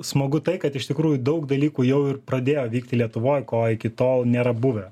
smagu tai kad iš tikrųjų daug dalykų jau ir pradėjo vykti lietuvoj ko iki tol nėra buvę